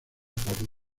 por